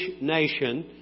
nation